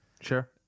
sure